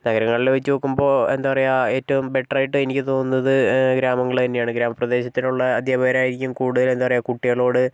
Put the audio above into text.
നഗരങ്ങളിൽ വെച്ച് നോക്കുമ്പോൾ എന്താണ് പറയുക ഏറ്റവും ബെറ്റർ ആയിട്ട് എനിക്ക് തോന്നുന്നത് ഗ്രാമങ്ങൾ തന്നെയാണ് ഗ്രാമപ്രദേശത്തിലുള്ള അധ്യാപകരായിരിക്കും കൂടുതൽ എന്താണ് പറയുക കുട്ടികളോട്